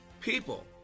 people